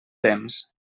temps